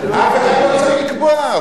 אף אחד לא צריך לקבוע.